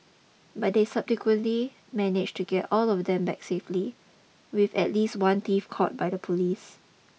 but they subsequently managed to get all of them back safely with at least one thief caught by the police